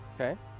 Okay